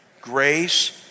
grace